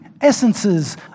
essences